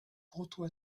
proto